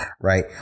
right